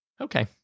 Okay